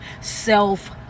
self